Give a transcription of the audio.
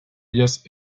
ellas